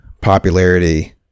popularity